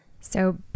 So-